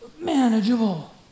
manageable